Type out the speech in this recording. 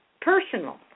personal